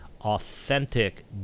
authentic